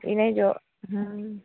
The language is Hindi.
यह नहीं जो